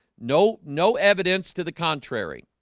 no, no evidence to the contrary